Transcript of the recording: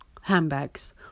handbags